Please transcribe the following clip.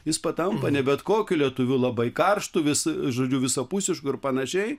jis patampa ne bet kokiu lietuviu labai karštu vis žodžiu visapusišku ir panašiai